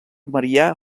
marià